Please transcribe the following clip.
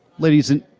ladies and